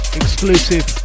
exclusive